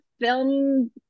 film